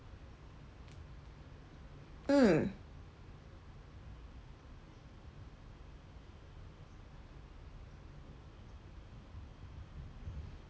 mm